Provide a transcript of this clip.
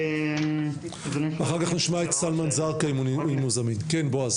אדוני